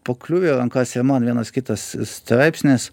pakliuvę į rankas ir man vienas kitas straipsnis